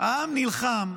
העם נלחם,